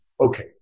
okay